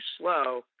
slow